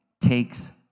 takes